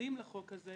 מתנגדים לחוק הזה,